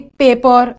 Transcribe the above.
paper